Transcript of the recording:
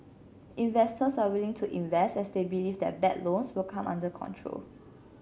investors are willing to invest as they believe that bad loans will come under control